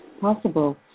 possible